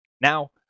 Now